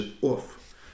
off